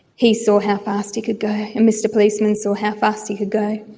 he saw how fast he could go, and mr policeman saw how fast he could go.